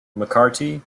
mccarty